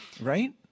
Right